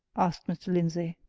asked mr. lindsey.